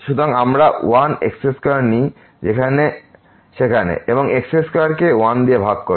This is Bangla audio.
সুতরাং আমরা 1 x2 নিই সেখানে এবং x2 কে 1 দিয়ে ভাগ করি